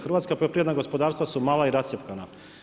Hrvatska poljoprivredna gospodarstva su mala i rascjepkana.